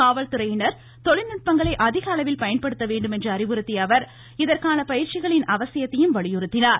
காவல்துறையினர் தொழில்நுட்பங்களை அதிக அளவில் பயன்படுத்த வேண்டும் என்று அறிவுறுத்திய அவர் இதற்கான பயிற்சிகளின் அவசியத்தையும் வலியுறுத்தினார்